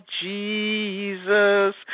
Jesus